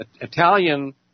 italian